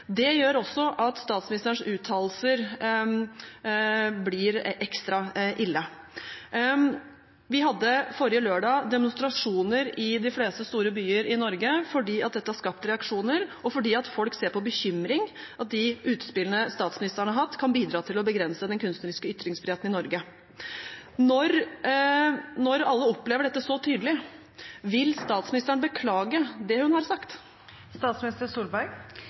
Det gjør også at statsministerens uttalelser blir ekstra ille. Vi hadde forrige lørdag demonstrasjoner i de fleste store byer i Norge, fordi dette har skapt reaksjoner, og fordi folk ser med bekymring på at de utspillene statsministeren har hatt, kan bidra til å begrense den kunstneriske ytringsfriheten i Norge. Når alle opplever dette så tydelig, vil statsministeren da beklage det hun har